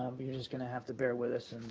um but you're just going to have to bear with us